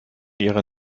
ihre